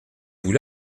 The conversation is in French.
vous